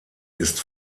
ist